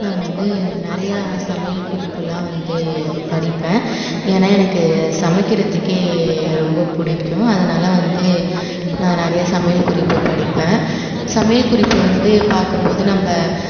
நான் வந்து நிறையா சமையல் குறிப்புல்லாம் வந்து படிப்பேன் ஏன்னா எனக்குச் சமைக்கிறதுக்கே ரொம்பப் பிடிக்கும் அதனால வந்து நான் நிறைய சமையல் குறிப்புப் படிப்பேன் சமையல் குறிப்பில் வந்து பார்க்கும்போது நம்ப